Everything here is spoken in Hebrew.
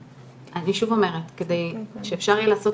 אני שוב אומרת, כדי שאפשר יהיה לעשות